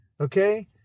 okay